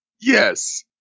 Yes